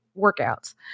workouts